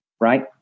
right